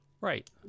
right